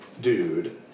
Dude